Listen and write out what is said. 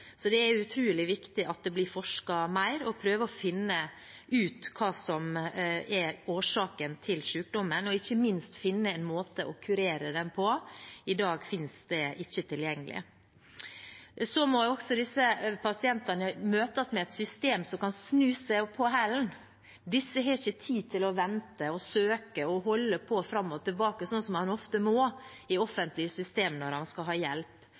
Så det er utrolig viktig at det blir forsket mer, at man prøver å finne ut hva som er årsaken til sykdommen, og ikke minst finne en måte å kurere den på. I dag finnes det ikke tilgjengelig. Disse pasientene må møtes med et system som kan snu seg på hælen. Disse har ikke tid til å vente, søke og holde på, fram og tilbake, slik som man ofte må i offentlige systemer når man skal ha hjelp.